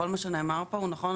כל מה שנאמר פה הוא נכון.